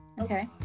okay